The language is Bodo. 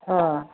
अ